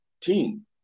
team